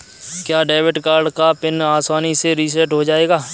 क्या debit card का PIN आसानी से रीसेट हो जाएगा?